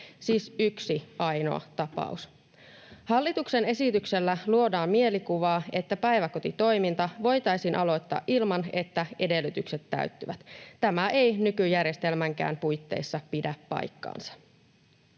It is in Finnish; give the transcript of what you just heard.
siis yksi ainoa tapaus. Hallituksen esityksellä luodaan mielikuvaa, että päiväkotitoiminta voitaisiin aloittaa ilman, että edellytykset täyttyvät. Tämä ei nykyjärjestelmänkään puitteissa pidä paikkaansa.